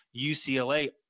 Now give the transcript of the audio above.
UCLA